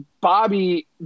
Bobby